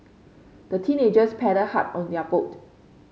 the teenagers paddled hard on their boat